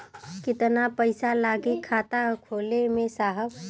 कितना पइसा लागि खाता खोले में साहब?